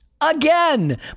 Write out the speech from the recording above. again